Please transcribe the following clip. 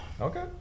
okay